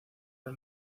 las